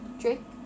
Drake